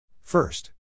first